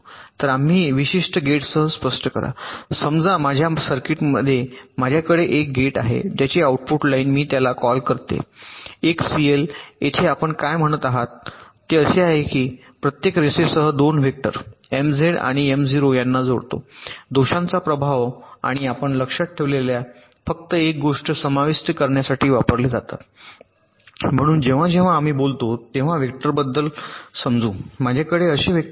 तर आम्ही विशिष्ट गेटसह स्पष्ट करा समजा माझ्या सर्किटमध्ये माझ्याकडे एक गेट आहे ज्याची आउटपुट लाइन मी त्याला कॉल करते एक सीएल येथे आपण काय म्हणत आहात ते असे आहे की आम्ही प्रत्येक रेषेसह 2 वेक्टर MZ आणि MO यांना जोडतो दोषांचा प्रभाव आणि आपण लक्षात ठेवलेल्या फक्त एक गोष्ट समाविष्ट करण्यासाठी वापरले जातात म्हणून जेव्हा जेव्हा आम्ही बोलतो तेव्हा वेक्टरबद्दल समजू माझ्याकडे असे वेक्टर आहे